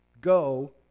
Go